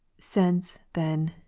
since, then,